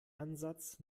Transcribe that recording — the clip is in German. ansatz